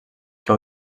que